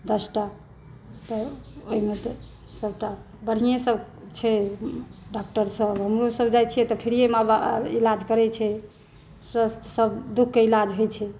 दस टा तऽ ओहिमे तऽ सबटा बढ़िये सब छै डॉक्टर सब हमरो सब जाइ छियै तऽ फ्रीयेमे इलाज करै छै स्वस्थ सब दुखके इलाज होइ छै